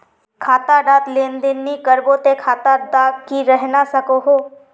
खाता डात लेन देन नि करबो ते खाता दा की रहना सकोहो?